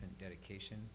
dedication